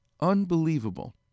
unbelievable